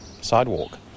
sidewalk